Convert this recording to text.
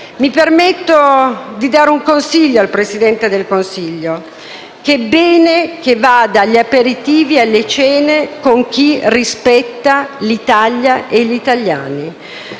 Mi permetto di dare un consiglio al Presidente del Consiglio: è bene che vada alle cene e agli aperitivi solo con chi rispetta l'Italia e gli italiani,